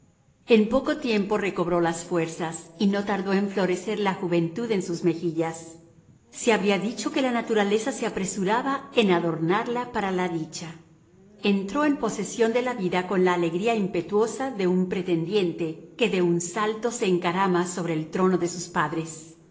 en poco tiempo recobró las fuerzas y no tardó en florecer la juventud en sus mejillas se habría dicho que la naturaleza se apresuraba en adornarla para la dicha entró en posesión de la vida con la alegría impetuosa de un pretendiente que de un salto se encarama sobre el trono de sus padres